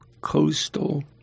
Coastal